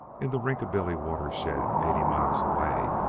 in the rinkabilly watershed, eighty miles away,